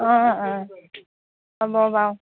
অঁ অঁ হ'ব বাৰু